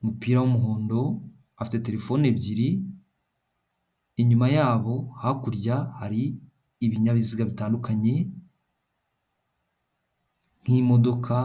umupira w'umuhondo, afite telefone ebyiri, inyuma yabo hakurya hari ibinyabiziga bitandukanye nk'imodoka.